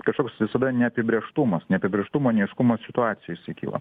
kažkoks visada neapibrėžtumas neapibrėžtumo neaiškumo situacijoj jisai kyla